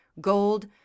gold